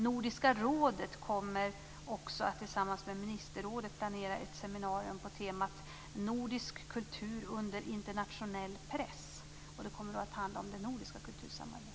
Nordiska rådet kommer att tillsammans med ministerrådet planera ett seminarium på temat Nordisk kultur under internationell press. Det kommer att handla om det nordiska kultursamarbetet.